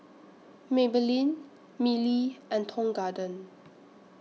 Maybelline Mili and Tong Garden